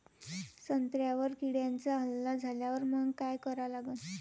संत्र्यावर किड्यांचा हल्ला झाल्यावर मंग काय करा लागन?